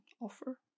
offer